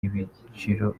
ibiciro